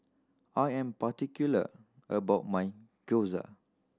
I am particular about my Gyoza